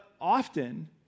often